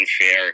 unfair